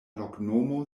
loknomo